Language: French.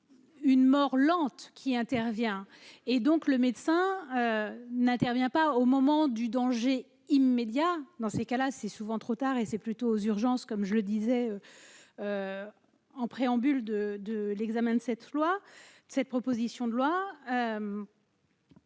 une mort lente qui intervient, et donc le médecin n'intervient pas au moment du danger immédiat dans ces cas-là, c'est souvent trop tard et c'est plutôt aux urgences, comme je le disais en préambule de de l'examen de cette loi, cette proposition de loi.